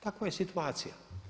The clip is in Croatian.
Takva je situacija.